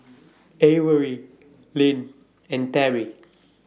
Averie Lynn and Terry